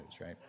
right